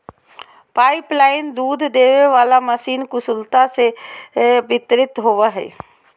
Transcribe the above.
pipeline दूध देबे वाला मशीन कुशलता से वितरित होबो हइ